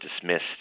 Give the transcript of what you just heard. dismissed